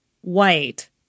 white